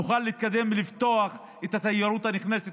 נוכל להתקדם ולפתוח את התיירות הנכנסת